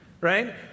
Right